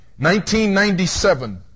1997